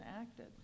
acted